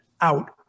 out